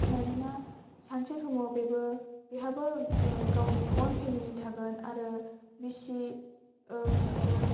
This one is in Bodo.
मानोना सानसे समाव बेबो बेहाबो गावनि अन फेमिलि थागोन आरो बिसि आरो